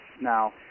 Now